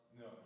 No